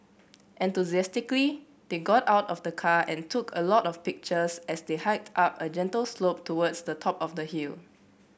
enthusiastically they got out of the car and took a lot of pictures as they hiked up a gentle slope towards the top of the hill